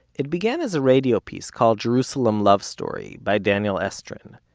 it began as a radio piece, called jerusalem love story, by daniel estrin.